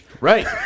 Right